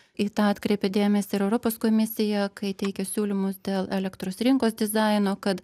į tą atkreipė dėmesį ir europos komisija kai teikė siūlymus dėl elektros rinkos dizaino kad